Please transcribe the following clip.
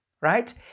right